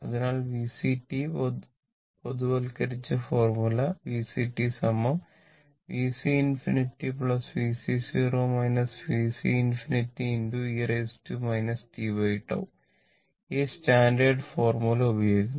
അതിനാൽ VC പൊതുവൽക്കരിച്ച formula VC VC∞ VC VC ∞ e t𝛕 ഈ സ്റ്റാൻഡേർഡ് ഫോർമുല ഉപയോഗിക്കുന്നു